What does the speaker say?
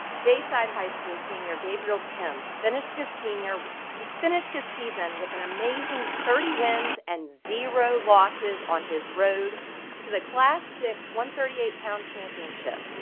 bayside high school senior gabriel tim's finished his senior it finished his season with an amazing thirty wins and zero losses on his road to the class sixty one thirty eight pound championship.